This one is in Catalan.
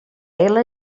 ela